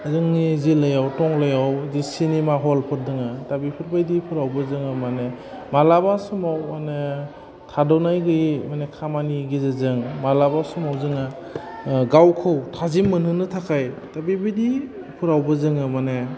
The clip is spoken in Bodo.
जोंनि जिल्लायाव टंलायाव बिदि सिनिमा हलफोद दङो दा बेफोरबायदिफ्रावबो जोङो माने मालाबा समाव माने थाद'नाय गैयै माने खामानि गेजेरजों मालाबा समाव जोङो गावखौ थाजिम मोनहोनो थाखाय दा बेबायदि फ्रावबो जोङो माने